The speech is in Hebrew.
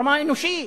ברמה האנושית,